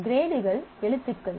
கிரேடுகள் எழுத்துக்கள்